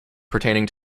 pertaining